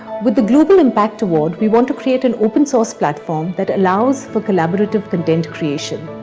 with the global impact award, we want to create an open source platform that allows for collaborative content creation.